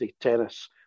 Tennis